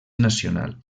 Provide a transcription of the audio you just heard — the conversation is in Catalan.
nacional